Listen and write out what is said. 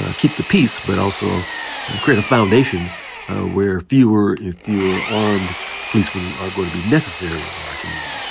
and keep the peace but also create a foundation where fewer fewer armed policemen are going to be necessary in our community.